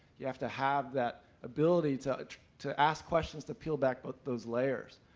you have to have that ability to ah to ask questions to peel back both those layers.